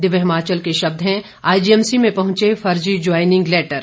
दिव्य हिमाचल के शब्द हैं आईजीएमसी में पहुंचे फर्जी ज्वाइनिंग लेटर